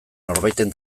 norbaiten